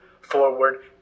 forward